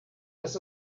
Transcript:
dass